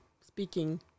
speaking